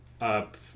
up